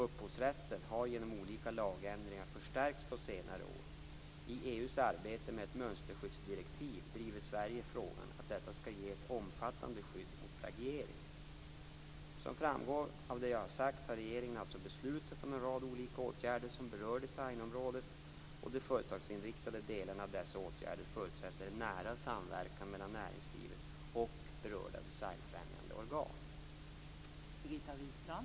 Upphovsrätten har genom olika lagändringar förstärkts på senare år. I EU:s arbete med ett mönsterskyddsdirektiv driver Sverige frågan att detta skall ge ett omfattande skydd mot plagiering. Som framgår av det jag har sagt har regeringen alltså beslutat om en rad olika åtgärder som berör designområdet. De företagsinriktade delarna av dessa åtgärder förutsätter en nära samverkan emellan näringslivet och berörda designfrämjande organ.